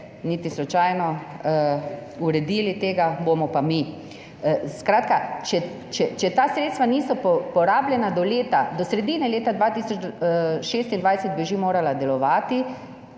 niti slučajno uredili, jo bomo pa mi. Skratka, če ta sredstva niso porabljena, do sredine leta 2026 bi že morala delovati,